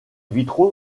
vitraux